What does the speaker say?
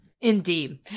Indeed